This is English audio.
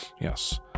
Yes